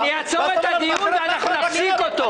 --- אעצור את הדיון ואנחנו נפסיק אותו.